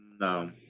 No